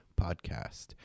podcast